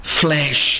flesh